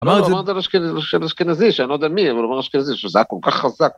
אני לא יודע על אשכנזי שאני לא יודע מי אבל הוא אמר על אשכנזי שזה היה כל כך חזק